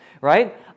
right